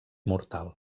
mortal